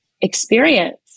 experience